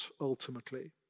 ultimately